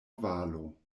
valo